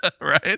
Right